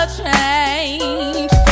change